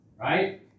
Right